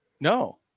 No